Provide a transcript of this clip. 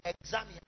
examine